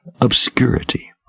obscurity